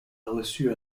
reçu